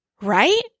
Right